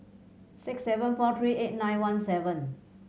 six seven four three eight nine one seven